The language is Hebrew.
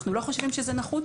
אנחנו לא חושבים שזה נחוץ.